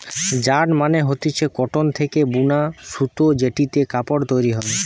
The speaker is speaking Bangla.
যার্ন মানে হতিছে কটন থেকে বুনা সুতো জেটিতে কাপড় তৈরী হয়